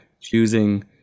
choosing